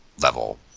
level